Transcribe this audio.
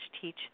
teach